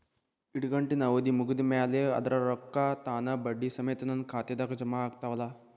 ಇಡಗಂಟಿನ್ ಅವಧಿ ಮುಗದ್ ಮ್ಯಾಲೆ ಅದರ ರೊಕ್ಕಾ ತಾನ ಬಡ್ಡಿ ಸಮೇತ ನನ್ನ ಖಾತೆದಾಗ್ ಜಮಾ ಆಗ್ತಾವ್ ಅಲಾ?